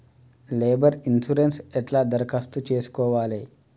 Labour insurance ఎట్ల దరఖాస్తు చేసుకోవాలే?